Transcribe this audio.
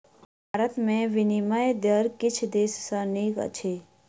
भारत में विनिमय दर किछ देश सॅ नीक अछि